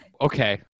Okay